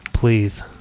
Please